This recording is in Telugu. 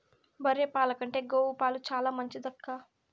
బర్రె పాల కంటే గోవు పాలు చాలా మంచిదక్కా